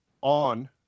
on